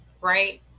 right